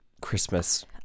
Christmas